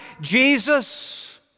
Jesus